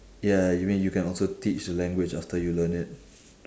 ya you mean you can also teach the language after you learn it